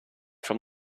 from